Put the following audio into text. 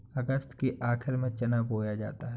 अगस्त के आखिर में चना बोया जाता है